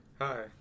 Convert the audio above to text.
hi